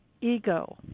ego